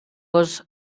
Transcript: was